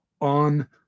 On